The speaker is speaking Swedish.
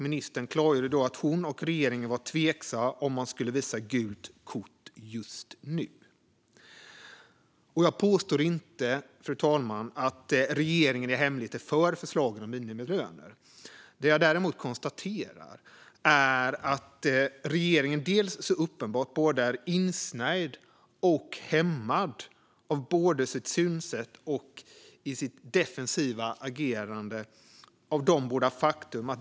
Ministern klargjorde då att hon och regeringen var tveksamma till om man skulle visa gult kort just nu. Jag påstår inte, fru talman, att regeringen i hemlighet är för förslagen om minimilöner. Det jag däremot konstaterar är att regeringen så uppenbart är insnärjd och hämmad av både sitt synsätt och sitt defensiva agerande.